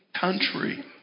country